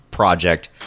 project